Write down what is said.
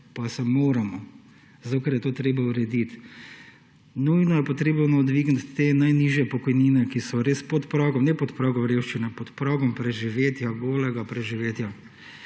Pa se moramo, zato ker je to treba urediti. Nujno je potrebno dvigniti najnižje pokojnine, ki so res pod pragom, ne pod pragom revščine, pod pragom preživetja, golega preživetja.